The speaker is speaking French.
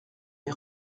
les